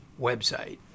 website